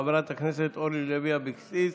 חברת הכנסת אורלי לוי אבקסיס,